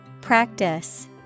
Practice